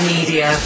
Media